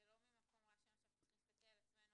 זה לא ממקום רע של איך שאנחנו צריכים להסתכל על עצמנו.